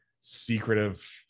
secretive